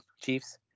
Chiefs